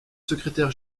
secrétaire